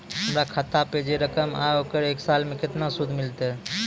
हमर खाता पे जे रकम या ओकर एक साल मे केतना सूद मिलत?